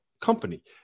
company